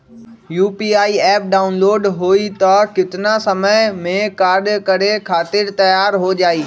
UPI app download होई त कितना समय मे कार्य करे खातीर तैयार हो जाई?